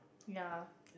ya